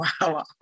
wow